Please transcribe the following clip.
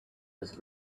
was